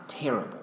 terrible